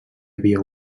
havia